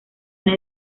una